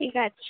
ঠিক আছে